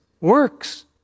Works